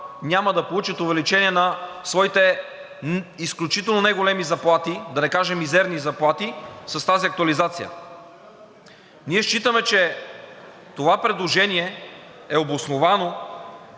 няма да получат увеличение на своите изключително неголеми заплати, да не кажа мизерни заплати, с тази актуализация. Ние считаме, че това предложение е обосновано,